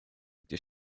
gdzie